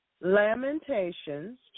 Lamentations